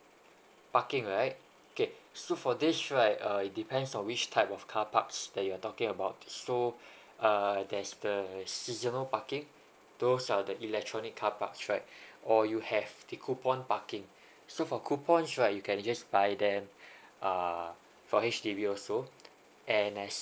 parking right okay so for this right uh it depends on which type of carparks that you're talking about so uh that's the seasonal parking those are the electronic carpark right or you have the coupon parking so for coupons right you can just buy them uh for H_D_B also and as